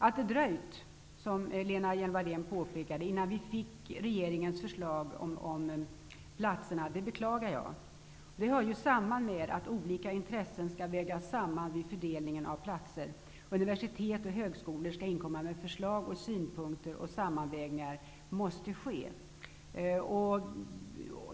Att det dröjt, som Lena Hjelm-Walle n påpekade, innan vi fick regeringens förslag om platserna beklagar jag. Det hör samman med att olika intressen skall vägas samman vid fördelningen av platserna. Universitet och högskolor skall inkomma med förslag och synpunkter, och sammanvägningar måste ske.